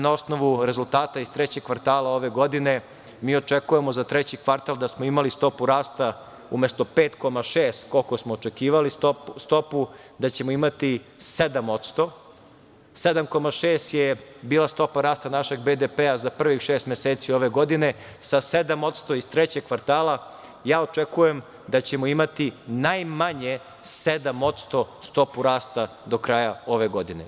Na osnovu rezultata iz trećeg kvartala ove godine, mi očekujemo za treći kvartal da smo imali stopu rasta umesto 5,6, koliko smo očekivali, da ćemo imati 7%, 7,6% je bila stopa rasta našeg BDP-a za prvih šest meseci ove godine, sa 7% iz trećeg kvartala ja očekujem da ćemo imati najmanje 7% stopu rasta do kraja ove godine.